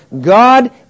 God